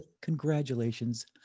congratulations